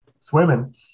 swimming